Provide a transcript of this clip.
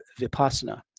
Vipassana